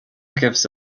gives